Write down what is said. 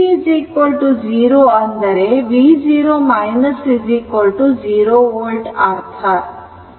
v 0 ಅಂದರೆ v0 0 volt ಎಂದು ಅರ್ಥವಾಗುತ್ತದೆ